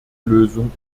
lösung